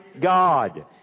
God